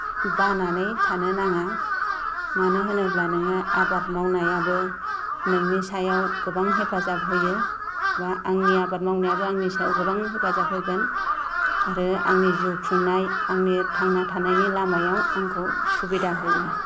बानानै थानो नाङा मानो होनोब्ला नोङो आबाद मावनायाबो नोंनि सायाव गोबां हेफाजाब होयोब्ला आंनि आबाद मावनायाबो आंनि सायाव गोबां हेफाजाब होगोन आरो आंनि जिउ खुंनाय आरो आंनि थांना थानायनि लामायाव आंखौ सुबिदा होगोन